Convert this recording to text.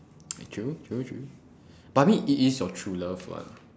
true true true but I mean it is your true love what